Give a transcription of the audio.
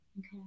Okay